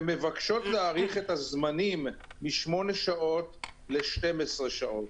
ומבקשות להאריך את הזמנים מ-8 שעות ל-12 שעות.